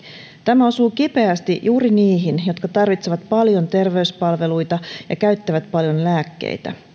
tämä osuu kipeästi juuri niihin jotka tarvitsevat paljon terveyspalveluita ja käyttävät paljon lääkkeitä